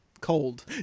cold